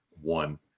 one